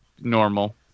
normal